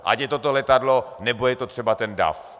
Ať je to letadlo, nebo je to třeba ten dav.